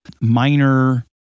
minor